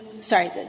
Sorry